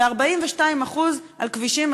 ו-42% על כבישים,